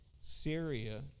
Syria